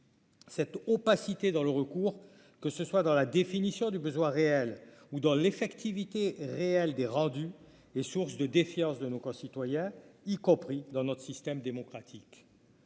Cette opacité dans le recours, que ce soit dans la définition du besoin réel ou dans l'effectivité réelle des rendu et source de défiance de nos concitoyens, y compris dans notre système démocratique.